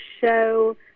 show